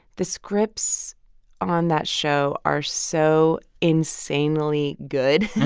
the scripts on that show are so insanely good.